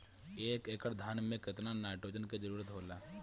एक एकड़ धान मे केतना नाइट्रोजन के जरूरी होला?